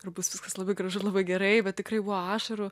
ir bus viskas labai gražu labai gerai bet tikrai buvo ašarų